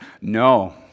No